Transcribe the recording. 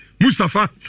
Mustafa